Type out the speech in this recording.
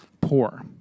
poor